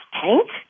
tank